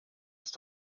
ist